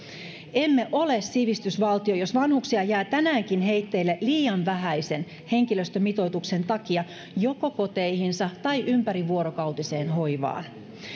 emme ole sivistysvaltio jos vanhuksia jää tänäänkin heitteille liian vähäisen henkilöstömitoituksen takia joko koteihinsa tai ympärivuorokautiseen hoivaan